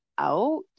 out